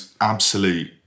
absolute